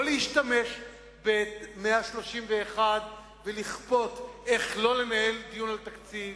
לא להשתמש ב-131 ולכפות איך לא לנהל דיון על תקציב.